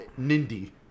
Nindy